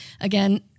again